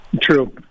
True